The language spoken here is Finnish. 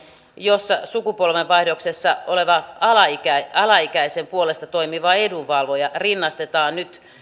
jossa sukupolvenvaihdoksessa olevan alaikäisen puolesta toimiva edunvalvoja rinnastetaan nyt